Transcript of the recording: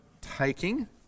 taking